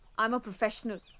i am a professional.